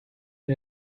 der